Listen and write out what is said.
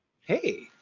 Hey